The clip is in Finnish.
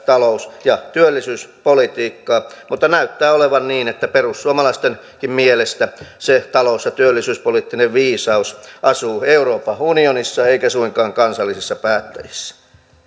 talous ja työllisyyspolitiikkaa mutta näyttää olevan niin että perussuomalaistenkin mielestä se talous ja työllisyyspoliittinen viisaus asuu euroopan unionissa eikä suinkaan kansallisissa päättäjissä